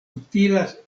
utilas